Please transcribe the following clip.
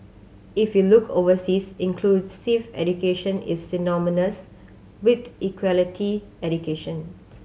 if you look overseas inclusive education is synonymous with equality education